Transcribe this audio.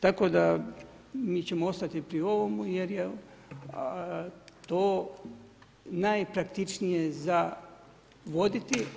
Tako da, mi ćemo ostati pri ovome jer je to najpraktičnije za voditi.